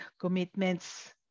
commitments